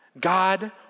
God